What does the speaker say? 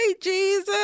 Jesus